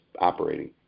operating